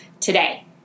today